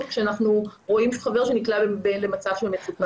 כאשר אנחנו רואים חבר שנקלע למצב של מצוקה.